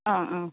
ആ ആ